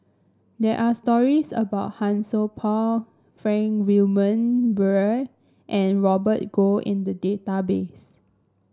there are stories about Han Sai Por Frank Wilmin Brewer and Robert Goh in the database